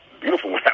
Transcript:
Beautiful